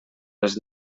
les